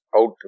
out